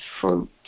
fruit